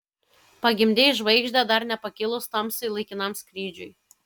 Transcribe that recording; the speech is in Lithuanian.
pagimdei žvaigždę dar nepakilus tamsai laikinam skrydžiui